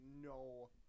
no